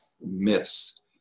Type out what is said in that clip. myths